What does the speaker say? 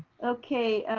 okay.